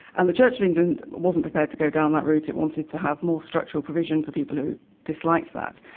and the church of england wasn't prepared to go down that route. it wanted to have more structural provision for people who disliked that.